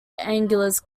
anglers